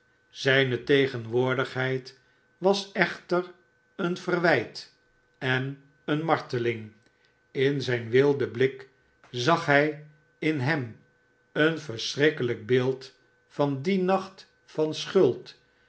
zijne tegenwoordigheid was echter een verwijt en eene marteling in zijn wilden blik zag hij in hem een verschrikkelijk beeld van dien nacht van schuld